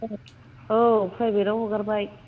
औ औ प्राइभेटाव हगारबाय